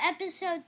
episode